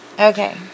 Okay